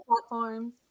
platforms